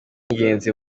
ingenzi